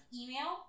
email